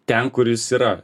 ten kur jis yra